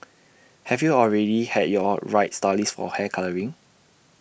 have you already had your right stylist for hair colouring